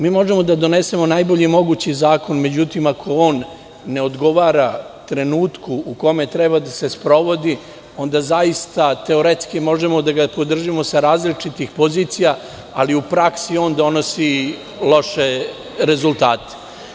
Mi možemo da donesemo najbolji mogući zakon, međutim, ako on ne odgovara trenutku u kome treba da sprovodi, onda zaista teoretski možemo da ga podržimo sa različitih pozicija, ali u praksi on donosi loše rezultate.